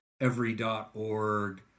every.org